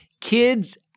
kids